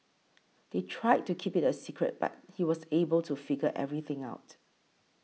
they tried to keep it a secret but he was able to figure everything out